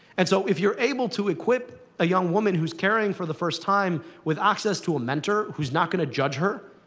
and so, if you're able to equip a young woman who's carrying for the first time with access to a mentor who's not going to judge her,